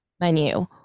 menu